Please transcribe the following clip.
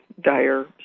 dire